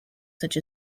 such